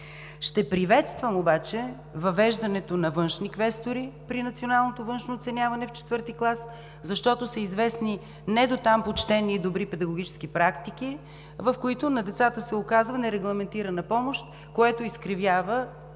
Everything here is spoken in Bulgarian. Ще приветствам обаче въвеждането на външни квестори при националното външно оценяване в IV клас, защото са известни недотам почтени и добри педагогически практики, в които на децата се оказва нерегламентирана помощ, което изкривява…